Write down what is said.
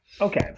Okay